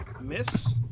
Miss